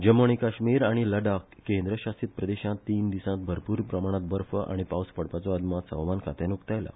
जम्मू आनी कश्मीर आनी लडाख केंद्र शासित प्रदेशांत तीन दिसांत भरपूर प्रमाणात बर्फ आनी पावस पडपाचो अदमास हवामान खात्यान उक्तायला